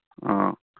ꯑ